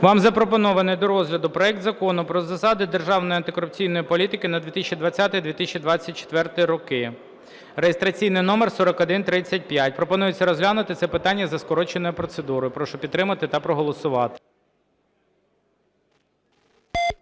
Вам запропонований до розгляду проект Закону про засади державної антикорупційної політики на 2020-2024 роки (реєстраційний номер 4135). Пропонується розглянути це питання за скороченою процедурою. Прошу підтримати та проголосувати.